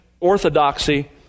orthodoxy